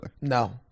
No